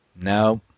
No